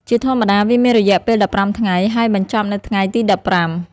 ជាធម្មតា វាមានរយៈពេល ១៥ ថ្ងៃ ហើយបញ្ចប់នៅថ្ងៃទី ១៥។